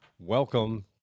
Welcome